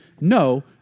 no